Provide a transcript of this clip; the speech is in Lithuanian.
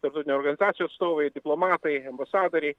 tarptautinių organizacijų atstovai diplomatai ambasadoriai